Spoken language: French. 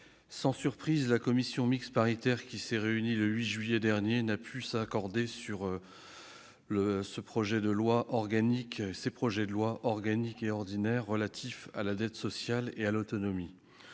sans surprise, la commission mixte paritaire qui s'est réunie le 8 juillet dernier n'a pu s'accorder sur les projets de loi organique et ordinaire relatifs à la dette sociale et à l'autonomie.